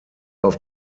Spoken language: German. auf